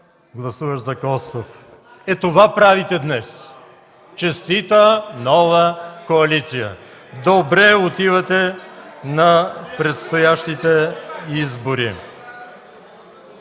–гласуваш за Костов!” Ето това правите днес! Честита нова коалиция! Добре отивате на предстоящите избори.